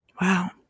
Wow